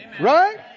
Right